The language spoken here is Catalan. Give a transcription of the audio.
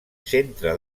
centre